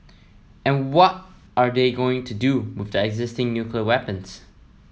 and what are they going to do with their existing nuclear weapons